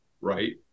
right